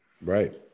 right